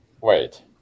wait